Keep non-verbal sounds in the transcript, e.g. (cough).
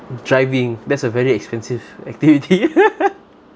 driving that's a very expensive activity (laughs)